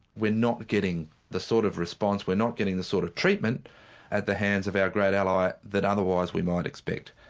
we're not getting the sort of response we're not getting the sort of treatment at the hands of our great ally that otherwise we might expect.